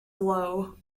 low